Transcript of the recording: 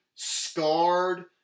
scarred